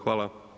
Hvala.